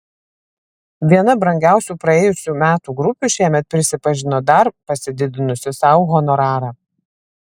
viena brangiausių praėjusių metų grupių šiemet prisipažino dar pasididinusi sau honorarą